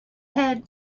head